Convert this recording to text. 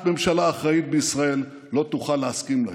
ממשלה אחראית בישראל לא תוכל להסכים להן.